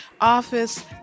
office